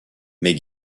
mais